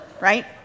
right